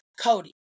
Cody